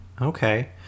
Okay